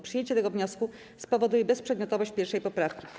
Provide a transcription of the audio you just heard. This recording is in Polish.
Przyjęcie tego wniosku spowoduje bezprzedmiotowość 1. poprawki.